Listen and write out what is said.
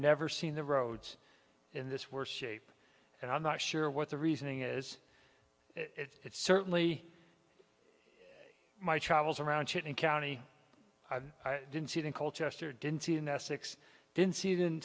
never seen the roads in this worse shape and i'm not sure what the reasoning is it's certainly my travels around shooting county i didn't see the culture didn't see i